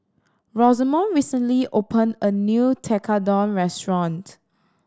Rosamond recently opened a new Tekkadon restaurant